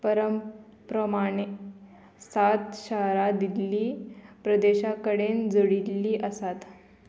पर प्रमाणे सात शारा दिल्ली प्रदेशा कडेन जोडिल्लीं आसात